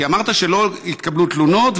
כי אמרת שלא התקבלו תלונות,